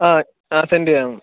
ആ ആ സെൻഡ് ചെയ്യാം